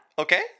okay